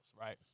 right